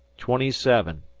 twenty seven,